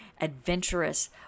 adventurous